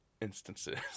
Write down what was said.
instances